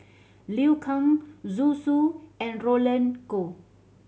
Liu Kang Zhu Xu and Roland Goh